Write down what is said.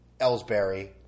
Ellsbury